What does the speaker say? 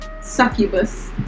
succubus